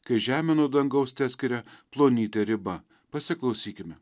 kai žemę nuo dangaus teskiria plonytė riba pasiklausykime